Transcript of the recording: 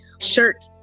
shirt